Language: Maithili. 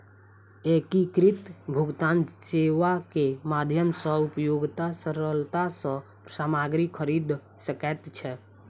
एकीकृत भुगतान सेवा के माध्यम सॅ उपभोगता सरलता सॅ सामग्री खरीद सकै छै